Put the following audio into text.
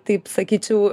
taip sakyčiau